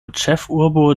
ĉefurbo